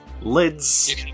Lids